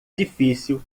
difícil